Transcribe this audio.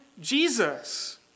Jesus